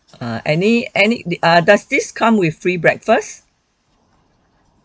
uh any any the uh does this come with free breakfast